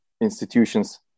institutions